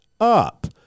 up